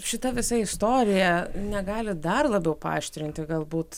šita visa istorija negali dar labiau paaštrinti galbūt